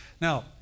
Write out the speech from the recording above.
Now